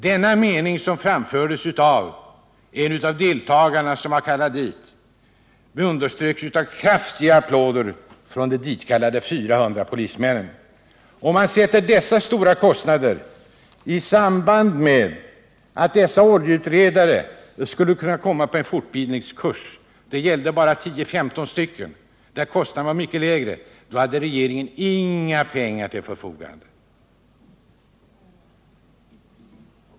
Denna mening, som framfördes av en av deltagarna, underströks av kraftiga applåder från de ditkallade 400 polismännen. Om man sätter dessa stora kostnader i samband med att några oljeutredare skulle delta i en fortbildningskurs — det gällde bara 10-15 stycken till en mycket lägre kostnad — ter det sig underligt att regeringen inte hade några pengar till förfogande.